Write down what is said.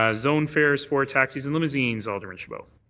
ah zone fare for taxis and limousines, alderman chabot.